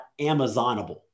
Amazonable